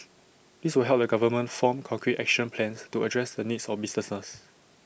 this will help the government form concrete action plans to address the needs of businesses